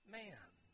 man